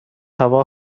هوا